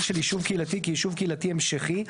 של יישוב קהילתי כיישוב קהילתי המשכי,